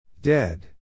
Dead